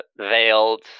veiled